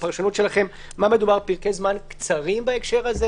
בפרשנות שלכם מה מדובר פרקי זמן קצרים בהקשר הזה.